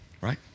right